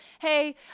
Hey